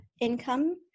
income